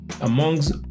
Amongst